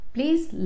Please